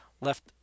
left